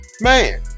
Man